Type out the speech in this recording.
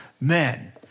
men